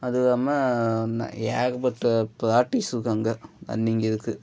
அதுவும் இல்லாமல் ஏகப்பட்ட ப்ராக்டிஸ் இருக்கும் அங்கே ரன்னிங் இருக்குது